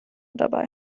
dabei